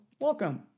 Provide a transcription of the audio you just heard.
welcome